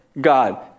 God